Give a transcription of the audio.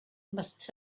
must